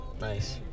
Nice